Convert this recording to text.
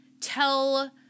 tell